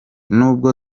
n’ubwo